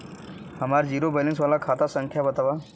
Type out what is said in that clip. हमार zero balance वाला खाता संख्या वतावा?